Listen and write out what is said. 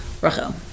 Rachel